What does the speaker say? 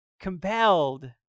compelled